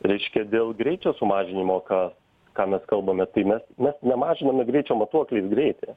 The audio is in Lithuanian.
reiškia dėl greičio sumažinimo ką ką mes kalbame tai mes mes nemažiname greičio matuokliais greitį